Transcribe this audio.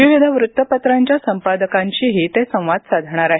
विविध वृत्तपत्रांच्या संपादकांशीही ते संवाद साधणार आहेत